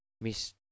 miss